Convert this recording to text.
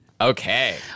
Okay